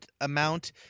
amount